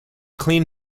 clean